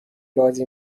بازی